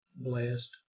Blessed